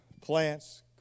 plants